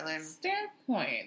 standpoint